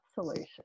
solution